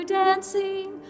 dancing